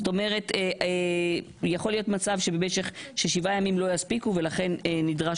זאת אומרת יכול להיות מצב ששבעה ימים לא יספיקו ולכן נדרש